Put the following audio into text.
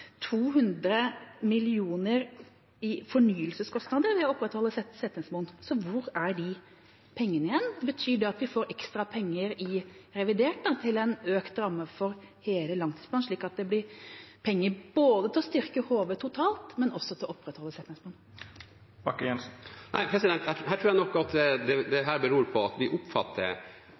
at vi får ekstra penger i revidert nasjonalbudsjett til en økt ramme for hele langtidsplanen, slik at det blir penger både til å styrke HV totalt og til å opprettholde Setnesmoen? Jeg tror nok at dette beror på at vi oppfatter forliket i Stortinget om langtidsplanen på to forskjellige måter. Vi oppfatter